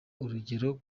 urugero